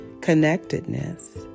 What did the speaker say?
connectedness